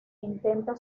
intenta